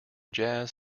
jazz